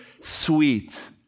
sweet